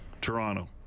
Toronto